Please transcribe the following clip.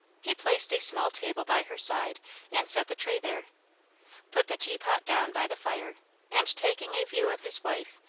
he placed a small table by her side and set the tray there put the teapot down by the fire and taking a view of his wife,